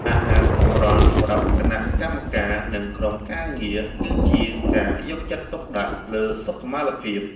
អាហារសម្រន់សម្រាប់គណៈកម្មការ និង ក្រុមការងារគឺជាការយកចិត្តទុកដាក់លើសុខុមាលភាព។